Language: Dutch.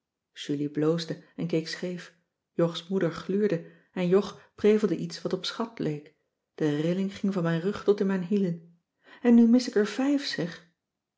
julie bloosde en keek scheef jogs moeder gluurde en jog prevelde iets wat op schat leek de rilling ging van mijn rug tot in mijn hielen en nu mis ik er vijf zeg